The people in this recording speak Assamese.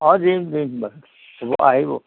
অঁ দিম দিম হ'ব আহিব